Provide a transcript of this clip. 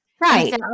Right